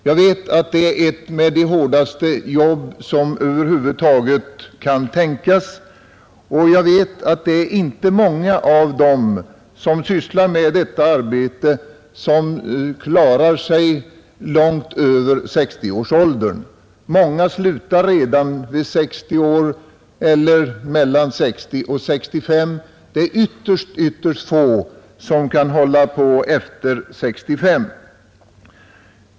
Jag vet att de har ett av de hårdaste jobb som över huvud taget kan tänkas, och jag vet att det är inte många av dem som sysslar med detta arbete som kan fortsätta långt över 60-årsåldern. Många slutar redan vid 60 år eller mellan 60 och 65. Ytterst få kan hålla på efter 65.